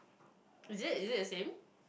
is it is it the same